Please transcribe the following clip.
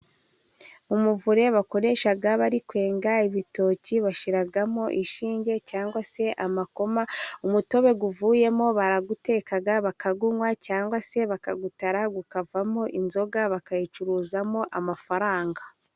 Umuvure bakoresha bari kwenga ibitoki, bashyiramo inshinge cyangwa se amakoma, umutobe uvuyemo barawuteka, bakawunywa cyangwa se bakawutara, ukavamo inzoga, bakayicuruzamo amafaranga.